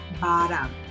bottom